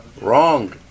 Wrong